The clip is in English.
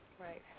Right